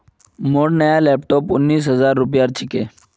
मोर नया लैपटॉप उन्नीस हजार रूपयार छिके